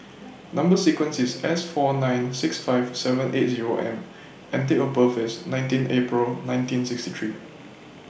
Number sequence IS S four nine six five seven eight Zero M and Date of birth IS nineteen April nineteen sixty three